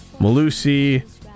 Malusi